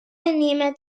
نیمه